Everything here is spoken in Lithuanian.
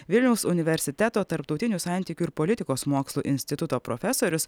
vilniaus universiteto tarptautinių santykių ir politikos mokslų instituto profesorius